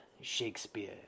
Shakespeare